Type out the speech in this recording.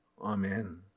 Amen